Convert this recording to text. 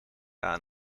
aan